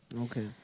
Okay